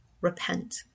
repent